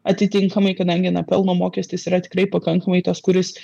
atitinkamai kadangi na pelno mokestis yra tikrai pakankamai tas kuris